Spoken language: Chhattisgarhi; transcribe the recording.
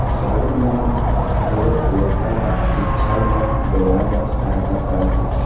कॉलेज मन घलोक लइका ल सिक्छा लोन देवाए बर सहायता करत हे